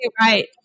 right